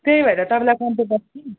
त्यही भएर तपाईँलाई कन्ट्याक गरेको नि